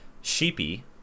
Sheepy